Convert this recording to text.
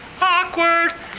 awkward